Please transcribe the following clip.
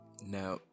Now